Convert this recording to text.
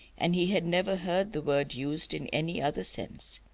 and he had never heard the word used in any other sense.